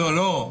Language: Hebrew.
לא, לא.